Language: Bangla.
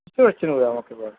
বুঝতে পারছে না